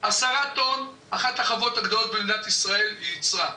עשרה טון, אחת החוות הגדולות במדינת ישראל ייצרה,